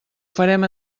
farem